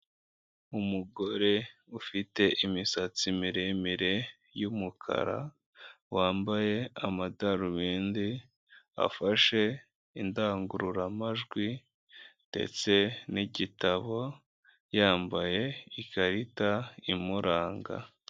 Umugore ufite imisatsi miremire y'umukara wambaye amadarubindi, afashe indangururamajwi ndetse nigitabo yambaye ikarita imuranga.